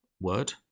word